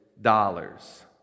dollars